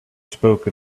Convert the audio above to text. spoke